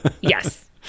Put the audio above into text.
Yes